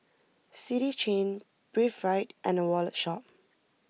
City Chain Breathe Right and the Wallet Shop